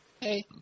Hey